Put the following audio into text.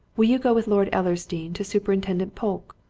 will you go with lord ellersdeane to superintendent polke?